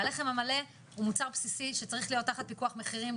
אז הלחם המלא הוא מוצר בסיסי שצריך להיות תחת פיקוח מחירים,